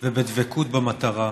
ובדבקות במטרה.